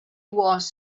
was